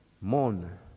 mourn